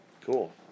cool